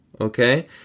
Okay